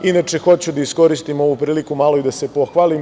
Inače, hoću da iskoristim ovu priliku malo i da se pohvalim.